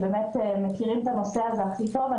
הם מכירים את הנושא הזה הכי טוב.